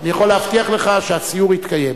אני יכול להבטיח לך שהסיור יתקיים.